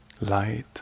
Light